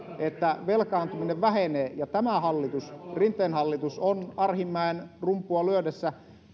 on se että velkaantuminen vähenee ja tämä hallitus rinteen hallitus on arhinmäen rumpua lyödessä